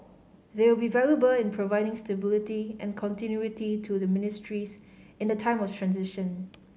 they will be valuable in providing stability and continuity to their ministries in the time of transition